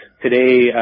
Today